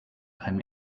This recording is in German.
einem